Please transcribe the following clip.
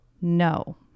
no